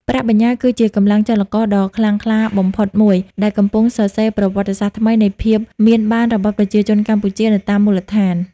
ប្រាក់បញ្ញើគឺជា "កម្លាំងចលករ" ដ៏ខ្លាំងក្លាបំផុតមួយ ដែលកំពុងសរសេរប្រវត្តិសាស្ត្រថ្មីនៃភាពមានបានរបស់ប្រជាជនកម្ពុជានៅតាមមូលដ្ឋាន។